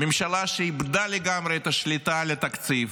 הממשלה איבדה לגמרי את השליטה על התקציב,